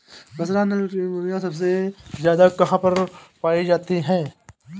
बसरा नस्ल की मुर्गी सबसे ज्यादा कहाँ पर पाई जाती है?